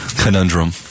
conundrum